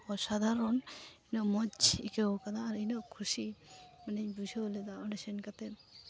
ᱚᱥᱟᱫᱷᱟᱨᱚᱱ ᱩᱱᱟᱹᱜ ᱢᱚᱡᱽ ᱟᱹᱭᱠᱟᱹᱣ ᱠᱟᱱᱟ ᱟᱨ ᱤᱱᱟᱹᱜ ᱠᱩᱥᱤ ᱢᱟᱱᱮᱧ ᱵᱩᱡᱷᱟᱹᱣ ᱞᱮᱫᱟ ᱚᱸᱰᱮ ᱥᱮᱱ ᱠᱟᱛᱮᱫ